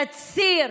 לציר